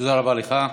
תודה רבה לך.